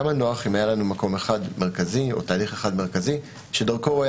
כמה נוח אם היה לנו תהליך אחד מרכזי שדרכו היה